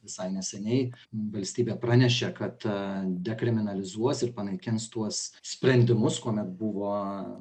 visai neseniai valstybė pranešė kad dekriminalizuos ir panaikins tuos sprendimus kuomet buvo